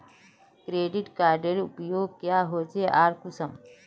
Credit कार्डेर उपयोग क्याँ होचे आर कुंसम?